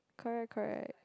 correct correct